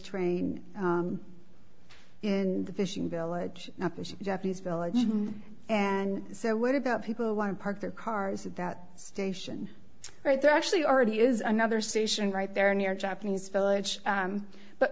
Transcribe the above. train in the fishing village at the japanese village and so what about people who want to park their cars at that station right there actually already is another station right there near japanese village